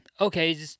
okay